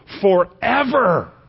forever